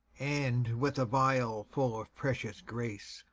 and, with a vial full of precious grace,